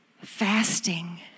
fasting